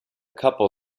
couple